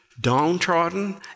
downtrodden